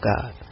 God